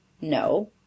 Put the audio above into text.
No